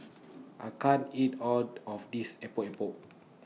I can't eat All of This Epok Epok